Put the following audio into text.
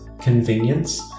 convenience